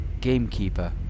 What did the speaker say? gamekeeper